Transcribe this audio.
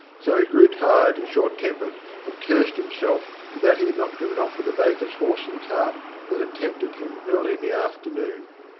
so he grew tired and short tempered, and cursed himself for that he had not driven off with a baker's horse and cart that had tempted him early in the afternoon.